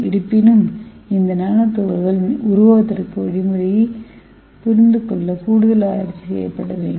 இருப்பினும் இந்த நானோ துகள்கள் உருவாவதற்கான வழிமுறையைப் புரிந்துகொள்ள கூடுதல் ஆராய்ச்சி செய்யப்பட வேண்டும்